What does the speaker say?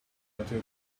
until